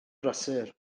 brysur